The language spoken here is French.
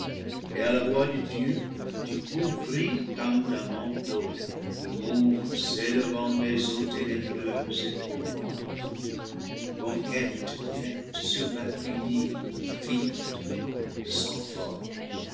et à la voix de dieu tu couvris comme d'un manteau le monde s'élevant des eaux ténébreuses et profondes conquête faite sur l'infini vide et sans forme